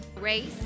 Race